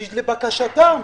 לבקשתם,